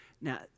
Now